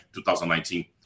2019